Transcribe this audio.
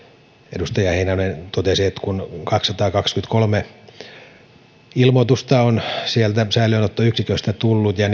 edustaja heinonen totesi että kaksisataakaksikymmentäkolme ilmoitusta oli sieltä säilöönottoyksiköstä tullut ja